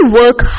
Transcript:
work